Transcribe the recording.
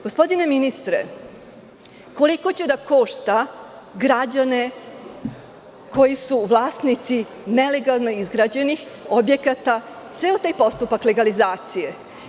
Gospodine ministre, koliko će da košta građane koji su vlasnici nelegalno izgrađenih objekata ceo taj postupak legalizacije?